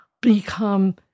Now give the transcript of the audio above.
become